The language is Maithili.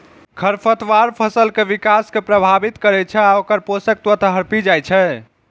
खरपतवार फसल के विकास कें प्रभावित करै छै आ ओकर पोषक तत्व हड़पि जाइ छै